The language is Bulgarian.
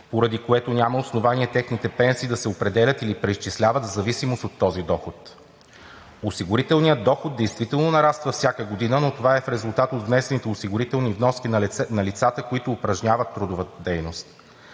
поради което няма основание техните пенсии да се определят или преизчисляват в зависимост от този доход. Осигурителният доход действително нараства всяка година, но това е в резултат от внесените осигурителни вноски на лицата, които упражняват трудовата дейност.